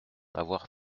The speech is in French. avoir